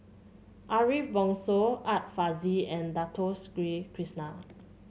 Ariff Bongso Art Fazil and Dato Krishna